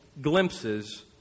glimpses